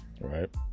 right